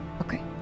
Okay